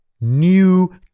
new